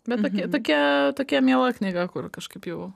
bet tokia tokia tokia miela knyga kur kažkaip jau